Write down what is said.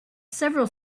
several